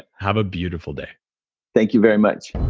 have a beautiful day thank you very much